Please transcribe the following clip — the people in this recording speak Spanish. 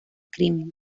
crimen